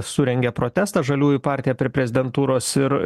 surengė protestą žaliųjų partija prie prezidentūros ir